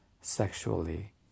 sexually